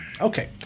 Okay